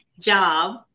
job